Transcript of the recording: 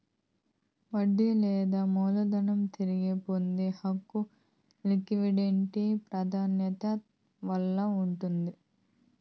వడ్డీ లేదా మూలధనం తిరిగి పొందే హక్కు లిక్విడేట్ ప్రాదాన్యతల్ల ఉండాది